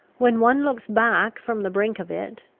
when one looks back from the brink of it,